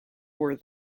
were